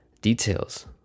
details